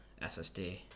SSD